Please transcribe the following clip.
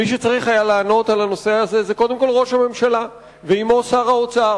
מי שצריך היה לענות על הנושא הזה זה קודם כול ראש הממשלה ועמו שר האוצר.